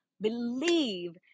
believe